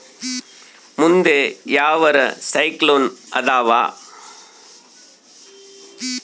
ಮುಂದೆ ಯಾವರ ಸೈಕ್ಲೋನ್ ಅದಾವ?